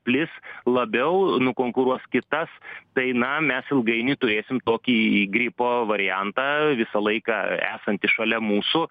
plis labiau nukonkuruos kitas tai na mes ilgainiui turėsim tokį gripo variantą visą laiką esantį šalia mūsų